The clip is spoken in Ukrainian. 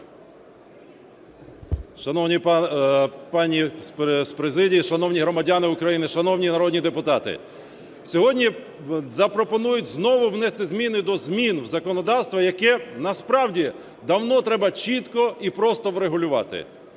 Шановні пани з президії, шановні громадяни України, шановні народні депутати! Сьогодні запропонують знову внести зміни до змін у законодавство, яке насправді давно треба чітко і просто врегулювати.